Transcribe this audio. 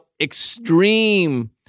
extreme